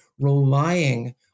relying